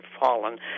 fallen